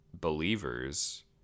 believers